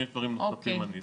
אם יש דברים נוספים אני אשמח.